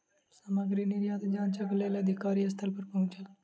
सामग्री निर्यात जांचक लेल अधिकारी स्थल पर पहुँचल